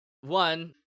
one